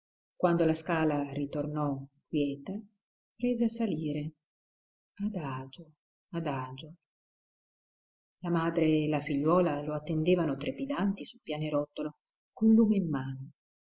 quando la scala ritornò quieta prese a salire adagio adagio la madre e la figliuola lo attendevano trepidanti sul pianerottolo col lume in mano